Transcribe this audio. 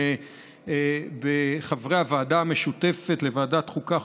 של חברי הוועדה המשותפת לוועדת חוקה,